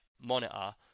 monitor